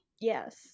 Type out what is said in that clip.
Yes